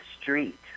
Street